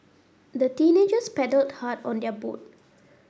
the teenagers paddled hard on their boat